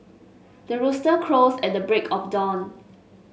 the rooster crows at the break of dawn